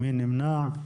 מי נמנע?